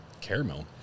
Caramel